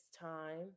time